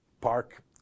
park